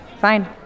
Fine